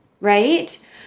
Right